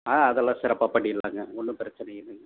ஆ அதெல்லாம் சிறப்பாக பண்ணிடலாங்க ஒன்றும் பிரச்சினை இல்லை